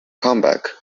comeback